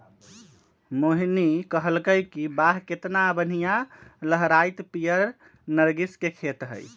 मोहिनी कहलकई कि वाह केतना बनिहा लहराईत पीयर नर्गिस के खेत हई